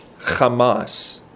Hamas